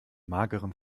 mageren